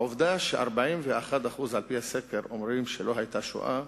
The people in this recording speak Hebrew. העובדה ש-41% על-פי הסקר אומרים שלא היתה שואה,